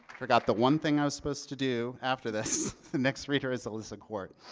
forgot the one thing i was supposed to do after this the next reader is alissa quart.